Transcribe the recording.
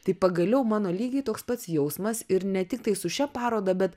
tai pagaliau mano lygiai toks pats jausmas ir ne tiktai su šia paroda bet